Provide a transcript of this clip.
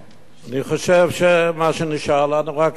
אני חושב שמה שנשאר לנו זה רק לפנות עוד